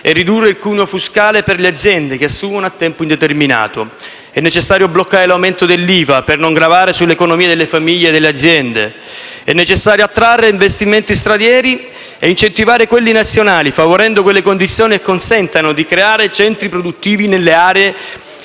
e ridurre il cuneo fiscale per le aziende che assumono a tempo indeterminato. È necessario bloccare l'aumento dell'IVA per non gravare sull'economia delle famiglie e delle aziende. È necessario attrarre investimenti stranieri e incentivare quelli nazionali, favorendo quelle condizioni che consentano di creare centri produttivi nelle aree